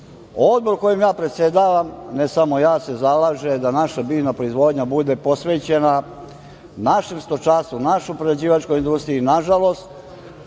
kojim ja predsedavam, ne samo ja, se zalaže da naša biljna proizvodnja bude posvećena našem stočarstvu, našoj prerađivačkoj industriji. Nažalost,